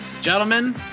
Gentlemen